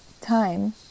time